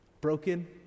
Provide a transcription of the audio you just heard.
broken